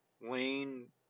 lane